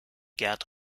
gerd